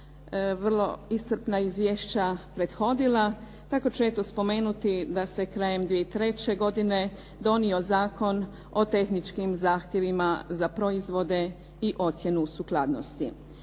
vrlo iscrpna izvješća prethodila. Tako ću eto spomenuti da se krajem 2003. godine donio Zakon o tehničkim zahtjevima za proizvode i ocjenu sukladnosti.